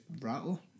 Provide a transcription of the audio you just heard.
Rattle